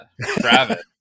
Travis